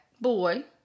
boy